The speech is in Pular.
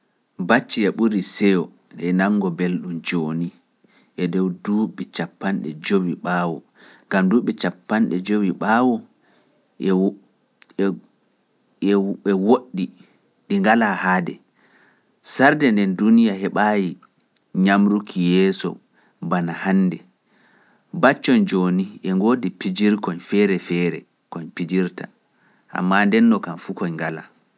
Baci e ɓuri seyo e nanngo belɗum jooni e dow duuɓi capanɗe joowi ɓaawo, kam duuɓi capanɗe joowi ɓaawo e woɗɗi ɗi ngalaa haade, sarde ndeen duniya heɓaayi ñamruki yeeso bana hannde, baccon jooni e ngoodi pijirkoyñ feere feere koñ pijirta, ammaa ndennoo kam fu koñ ngalaa.